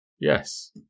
Yes